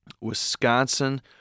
Wisconsin